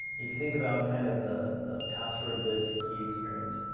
if you think about kind of the the password list key experience.